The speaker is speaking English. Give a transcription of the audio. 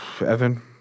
Evan